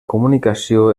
comunicació